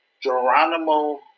Geronimo